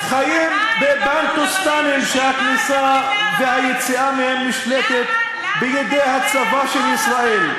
חיים בבנֶטוסטנים שהכניסה והיציאה מהם נשלטות בידי הצבא של ישראל,